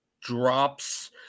drops